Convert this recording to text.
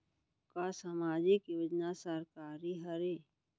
का सामाजिक योजना सरकारी हरे?